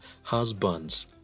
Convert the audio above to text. husbands